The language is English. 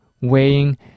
weighing